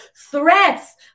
threats